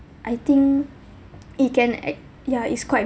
I think it can act ya it's quite